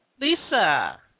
Lisa